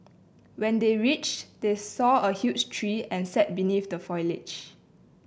when they reached they saw a huge tree and sat beneath the foliage